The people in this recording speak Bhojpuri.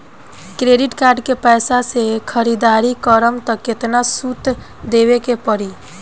क्रेडिट कार्ड के पैसा से ख़रीदारी करम त केतना सूद देवे के पड़ी?